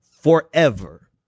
forever